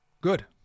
good